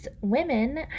women